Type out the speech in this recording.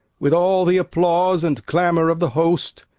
with all the applause and clamour of the host,